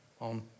on